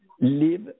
live